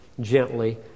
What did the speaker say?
gently